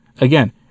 again